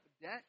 debt